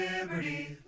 Liberty